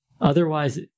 Otherwise